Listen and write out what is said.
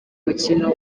umukino